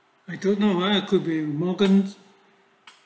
I don't know ah i could be morgans